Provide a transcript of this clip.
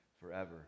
Forever